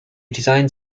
designed